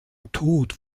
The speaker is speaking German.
tod